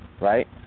Right